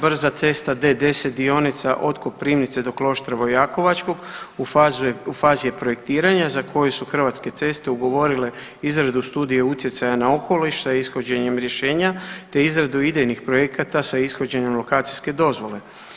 Brza cesta D-10 dionica od Koprivnice do Kloštra Vojakovačkog u fazi je projektiranja za koji su Hrvatske ceste ugovorile izradu studije utjecaja na okoliš sa ishođenjem rješenja, te izradu idejnih projekata za ishođenje lokacijske dozvole.